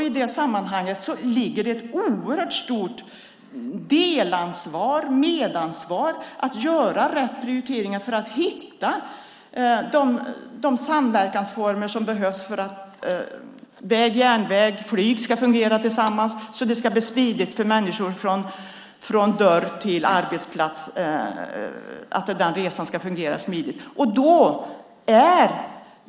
I detta ligger ett stort medansvar vad gäller att göra rätt prioriteringar för att hitta de samverkansformer som behövs för att väg, järnväg och flyg ska fungera tillsammans och det ska bli smidigt för människor att ta sig hemifrån till arbetsplatsen och åter.